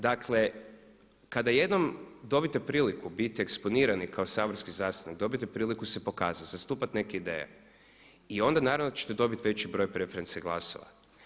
Dakle, kada jednom dobite priliku biti eksponirani kao saborski zastupnik, dobijete priliku pokazati se, zastupati neke ideje i onda naravno da ćete dobiti veći broj preferencijalnih glasova.